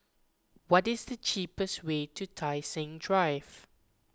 what is the cheapest way to Tai Seng Drive